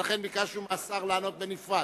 ולכן ביקשנו מהשר לענות בנפרד.